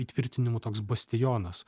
įtvirtinimų toks bastionas